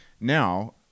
Now